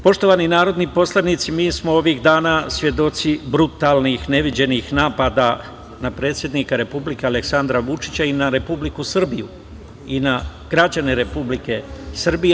Poštovani narodni poslanici, mi smo ovih dana svedoci brutalnih neviđenih napada na predsednika Republike Aleksandra Vučića i na Republiku Srbiju, i na građane Republike Srbije.